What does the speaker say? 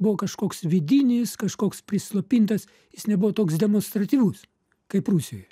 buvo kažkoks vidinis kažkoks prislopintas jis nebuvo toks demonstratyvus kaip rusijoj